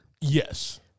Yes